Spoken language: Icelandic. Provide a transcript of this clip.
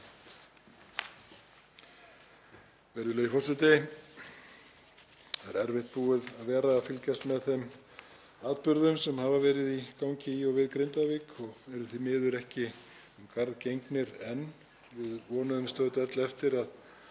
Virðulegur forseti. Það er erfitt búið að vera að fylgjast með þeim atburðum sem hafa verið í gangi í og við Grindavík og eru því miður ekki um garð gengnir enn. Við vonuðumst auðvitað öll eftir